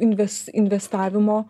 inves investavimo